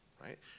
right